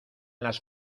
las